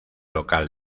local